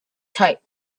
type